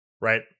Right